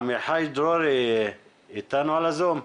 עמיחי דרורי איתנו בזום?